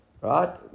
right